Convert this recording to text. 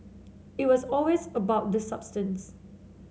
it was always about the substance